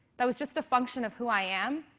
that was just a function of who i am,